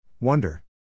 Wonder